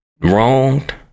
wronged